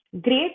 great